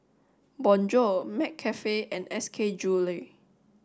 Bonjour McCafe and S K Jewellery